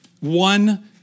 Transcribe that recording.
one